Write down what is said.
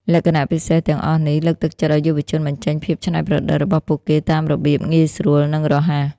លក្ខណៈពិសេសទាំងអស់នេះ លើកទឹកចិត្តឱ្យយុវជនបញ្ចេញភាពច្នៃប្រឌិត របស់ពួកគេតាមរបៀបងាយស្រួល និងរហ័ស។